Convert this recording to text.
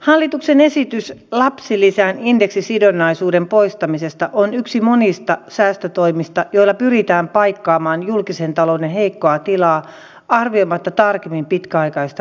hallituksen esitys lapsilisän indeksisidonnaisuuden poistamisesta on yksi monista säästötoimista joilla pyritään paikkaamaan julkisen talouden heikkoa tilaa arvioimatta tarkemmin pitkäaikaista vaikutusta